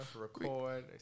Record